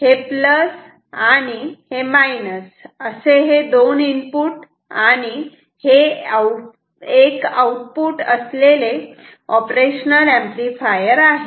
हे प्लस आणि मायनस असे दोन इनपुट आणि हे एक आउटपुट असलेले ऑपरेशनल ऍम्प्लिफायर आहे